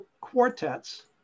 quartets